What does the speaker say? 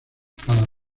cada